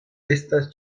estas